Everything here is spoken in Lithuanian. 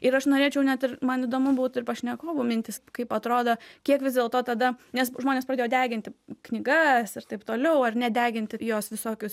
ir aš norėčiau net ir man įdomu būtų ir pašnekovų mintys kaip atrodo kiek vis dėlto tada nes žmonės pradėjo deginti knygas ir taip toliau ar ne deginti jos visokius